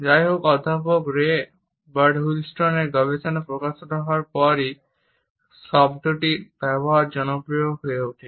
যাইহোক অধ্যাপক রে বার্ডউইস্টেলের গবেষণা প্রকাশিত হওয়ার পরেই শব্দটির ব্যবহার জনপ্রিয় হয়ে ওঠে